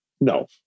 no